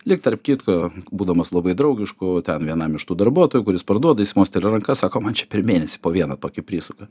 lyg tarp kitko būdamas labai draugišku ten vienam iš tų darbuotojų kuris parduoda jis mosteli ranka sako man čia per mėnesį po vieną tokį prisuka